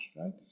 right